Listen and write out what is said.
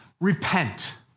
repent